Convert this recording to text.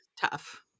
tough